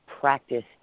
practiced